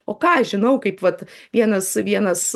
o ką aš žinau kaip vat vienas vienas